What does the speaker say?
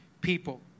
people